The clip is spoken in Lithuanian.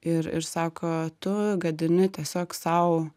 ir ir sako tu gadini tiesiog sau